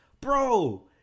bro